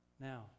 Now